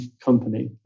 company